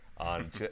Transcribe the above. on